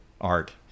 art